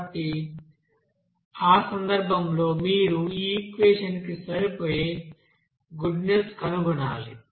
కాబట్టి ఆ సందర్భంలో మీరు ఆ ఈక్వెషన్ కి సరిపోయే గుడ్నెస్ కనుగొనాలి